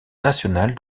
nationale